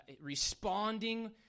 responding